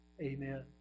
Amen